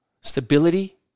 Stability